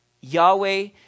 Yahweh